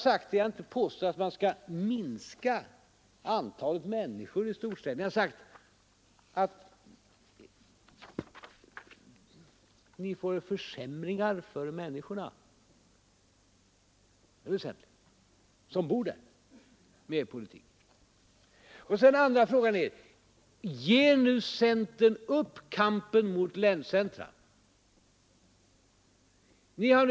Jag har inte påstått att man skall minska antalet människor i storstäderna, utan jag har sagt att med er politik blir det försämringar för människorna som bor där, och det är väsentligt. Den andra frågan gäller centerns kamp mot länscentra eller primära centra.